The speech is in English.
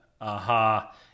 aha